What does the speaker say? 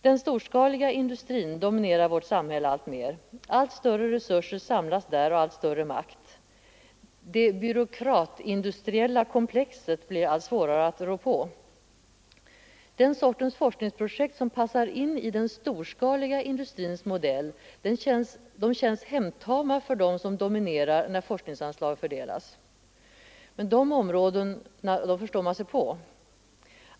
Den storskaliga industrin dominerar vårt samhälle alltmer. Allt större resurser och allt större makt samlas där. Det ”byråkratindustriella komplexet” blir allt svårare att rå på. De forskningsprojekt som passar in i den storskaliga industrins modell känns hemtama för dem som dominerar när forskningsanslag fördelas. De områdena förstår man sig på.